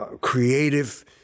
Creative